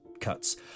cuts